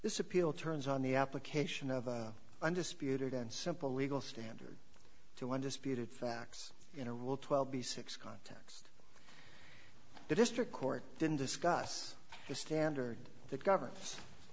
this appeal turns on the application of undisputed and simple legal standard to undisputed facts in a rule twelve b six contact the district court didn't discuss the standard the government's